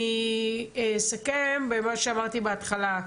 אני אסכם במה שאמרתי בהתחלה,